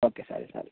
okay ಸರಿ ಸರಿ